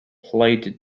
played